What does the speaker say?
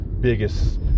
biggest